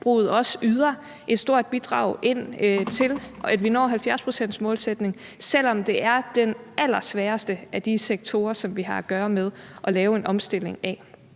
landbruget også yder et stort bidrag til, at vi når 70-procentsmålsætningen, selv om det er den allersværeste af de sektorer, som vi har at gøre med, at lave en omstilling af.